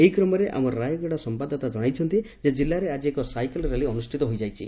ଏହି କ୍ରମରେ ଆମ ରାୟଗଡ଼ା ସମ୍ୟାଦଦାତା ଜଣାଇଛନ୍ତି ଯେ ଜିଲ୍ଲାରେ ଆଜି ଏକ ସାଇକେଲ ରାଲି ଅନୁଷ୍ପିତ ହୋଇଯାଇଛି